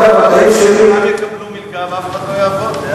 כולם יקבלו מלגה ואף אחד לא יעבוד.